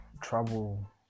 trouble